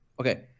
Okay